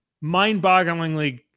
mind-bogglingly